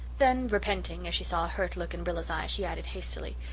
then, repenting, as she saw a hurt look in rilla's eye, she added hastily,